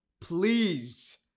please